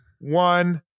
one